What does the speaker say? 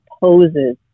poses